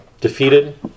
defeated